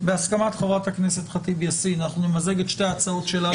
בהסכמת חברת הכנסת ח'טיב יאסין אנחנו נמזג את שתי ההצעות שלנו,